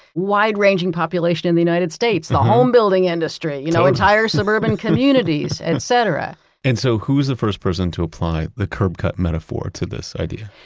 wide-ranging population in the united states. the homebuilding industry totally! you know entire suburban communities, etcetera and so who's the first person to apply the curb cut metaphor to this idea?